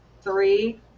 three